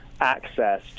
access